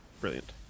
Brilliant